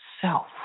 self